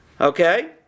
Okay